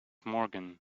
morgan